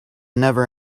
never